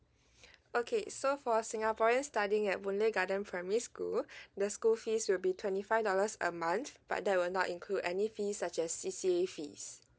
okay so for singaporean studying at woodleigh garden primary school the school fees will be twenty five dollars a month but that were not include any fees such as C_C_A fees